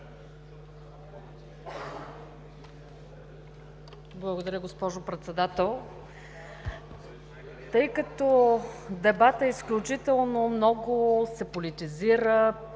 Благодаря, госпожо Председател. Тъй като дебатът изключително много се политизира,